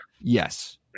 yes